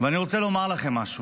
ואני רוצה לומר לכם משהו,